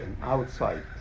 outside